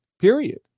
period